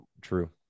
true